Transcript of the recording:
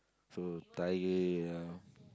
so tired ya